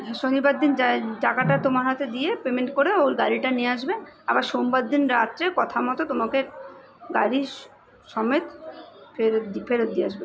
হ্যাঁ শনিবার দিন টাকাটা তোমার হাতে দিয়ে পেমেন্ট করে ও গাড়িটা নিয়ে আসবে আবার সোমবার দিন রাত্রে কথা মতো তোমাকে গাড়ি সমেত ফেরত ফেরত দিয়ে আসবে